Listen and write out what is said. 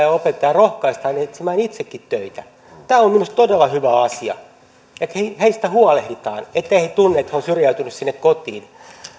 ja rohkaistaan etsimään itsekin töitä tämä on minusta todella hyvä asia heistä huolehditaan etteivät he tunne että ovat syrjäytyneet sinne kotiin